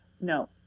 no